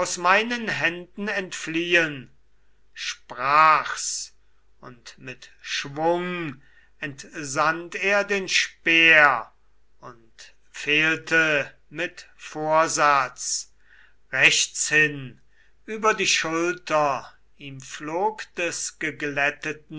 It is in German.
meinen händen entfliehen sprach's und im schwung entsandt er den speer und fehlte mit vorsatz rechtshin über die schulter ihm flog des geglätteten